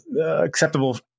acceptable